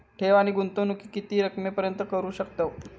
ठेव आणि गुंतवणूकी किती रकमेपर्यंत करू शकतव?